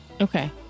Okay